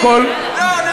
מי, אני?